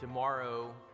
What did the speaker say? Tomorrow